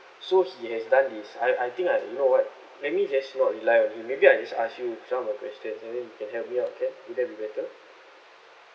so he has done this I I think I you know what let me just not rely on him maybe I just ask you some of the questions and then you can help me out can will that be better